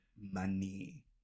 money